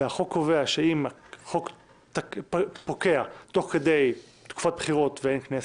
והחוק קובע שאם תוקפו של חוק פוקע תוך כדי תקופת בחירות ואין כנסת,